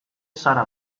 zara